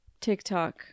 TikTok